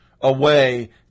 Away